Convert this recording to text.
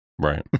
Right